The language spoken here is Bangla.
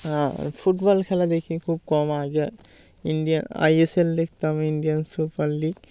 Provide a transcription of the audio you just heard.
আর ফুটবল খেলা দেখি খুব কম আগে ইন্ডিয়ান আই এস এল দেখতাম ইন্ডিয়ান সুপার লীগ